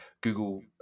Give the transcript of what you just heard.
google